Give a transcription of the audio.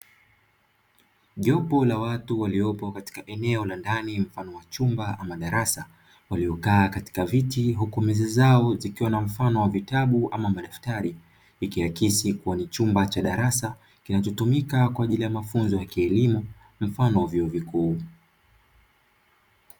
Jopo la watu waliopo katika eneo la ndani mfano wa chumba ama darasa, waliokaa katika viti huku meza zao zikiwa na mfano wa vitabu ama madaftari, ikiakisi kuwa ni chumba cha darasa kinachotumika kwa ajili ya mafunzo ya kielimu mfano vyuo vikuu.